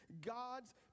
god's